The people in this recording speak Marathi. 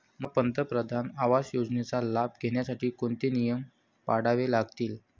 मला पंतप्रधान आवास योजनेचा लाभ घेण्यासाठी कोणते नियम पाळावे लागतील?